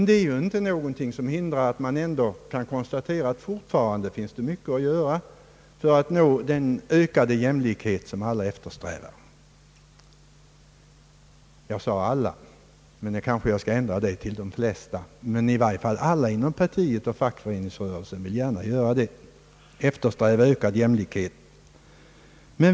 Det hindrar emellertid inte att man kan konstatera att det fortfarande finns mycket att göra för att nå den ökade jämlikhet som alla eftersträvar. Jag sade alla, men kanske jag skall ändra mig till de flesta. I varje fall gäller det alla inom arbetarpartiet och fackföreningsrörelsen.